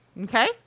Okay